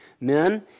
men